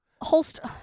holster